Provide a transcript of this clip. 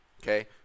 Okay